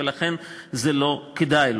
ולכן זה לא כדאי לו.